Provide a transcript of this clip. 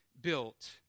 built